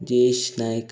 Jayesh Naik